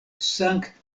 sankt